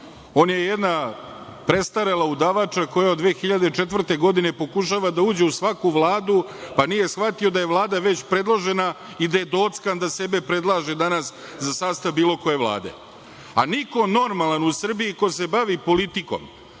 On je jedna prestarela udavača koja od 2004. godine pokušava da uđe u svaku vladu, pa nije shvatio da je vlada već predložena i da je dockan da sebe predlaže danas, za sastav bilo koje vlade. Niko normalan u Srbiji ko se bavi politikom,